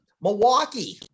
Milwaukee